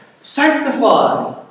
Sanctify